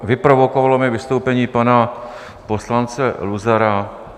Vyprovokovalo mě vystoupení poslance Luzara.